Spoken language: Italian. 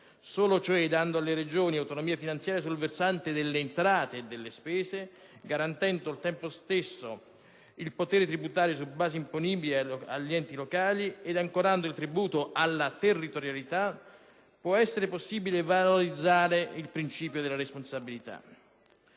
solo dando alle Regioni autonomia finanziaria sul versante delle entrate e delle spese, garantendo al tempo stesso il potere tributario sulle basi imponibili agli enti locali ed ancorando il tributo alla territorialità sarà possibile valorizzare il principio di responsabilità.